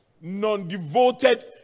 non-devoted